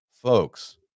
folks